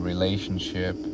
Relationship